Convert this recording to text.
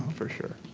for sure.